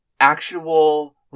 actual